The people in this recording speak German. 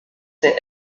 der